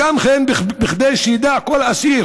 כמו כן, כדי שידע כל אסיר